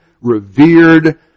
revered